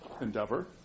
endeavor